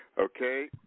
Okay